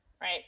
Right